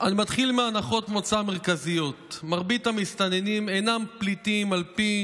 אני מתחיל מהנחות מוצא מרכזיות: "מרבית המסתננים אינם פליטים על פי